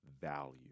value